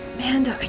Amanda